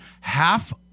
half